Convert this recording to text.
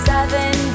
Seven